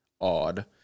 odd